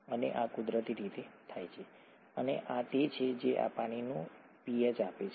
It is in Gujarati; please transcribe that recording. અને આ કુદરતી રીતે થાય છે અને આ તે છે જે પાણીને તેનું પીએચ આપે છે